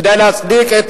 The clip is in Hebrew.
כדי להצדיק את